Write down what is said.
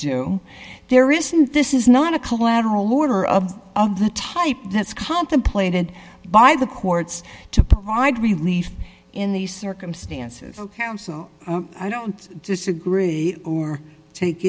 do there isn't this is not a collateral order of the type that's contemplated by the courts to provide relief in these circumstances ok and so i don't disagree or take